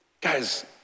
Guys